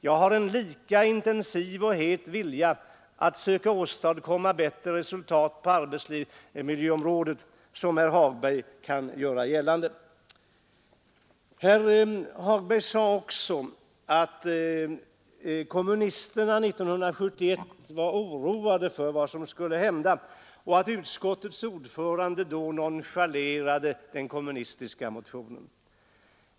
Jag har en lika intensiv och het vilja att försöka åstadkomma bättre resultat på arbetsmiljöområdet som herr Hagberg. Herr Hagberg sade också att kommunisterna 1971 var oroade för vad som skulle hända och att utskottets ordförande då nonchalerade den kommunistiska motionen.